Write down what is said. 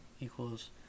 equals